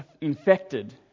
infected